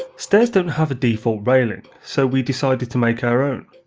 stairs don't have a default railing, so we decided to make our own.